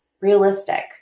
Realistic